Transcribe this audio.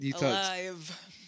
alive